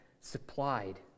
supplied